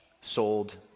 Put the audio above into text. sold